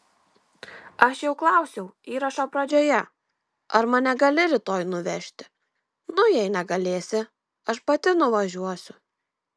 aš jau klausiau įrašo pradžioje ar mane gali rytoj nuvežti nu jei negalėsi aš pati nuvažiuosiu